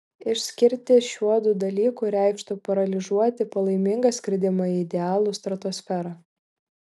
išskirti šiuodu dalyku reikštų paralyžiuoti palaimingą skridimą į idealų stratosferą